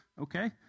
Okay